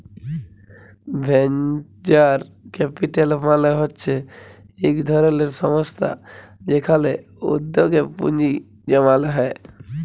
venture capital মালে হচ্যে ইক ধরলের সংস্থা যেখালে উদ্যগে পুঁজি জমাল হ্যয়ে